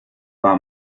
war